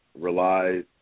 relies